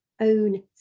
own